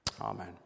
Amen